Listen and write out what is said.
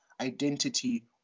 identity